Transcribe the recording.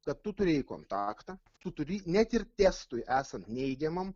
kad tu turėjai kontaktą tu turi net ir testui esant neigiamam